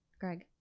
Greg